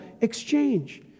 exchange